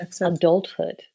adulthood